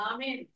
Amen